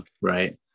right